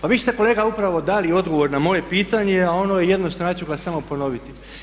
Pa vi ste kolega upravo dali odgovor na moje pitanje, a ono je jednostavno pa ću ga samo ponoviti.